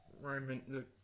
Roman